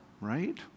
right